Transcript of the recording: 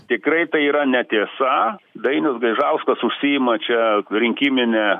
tikrai tai yra netiesa dainius gaižauskas užsiima čia rinkimine